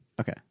Okay